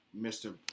Mr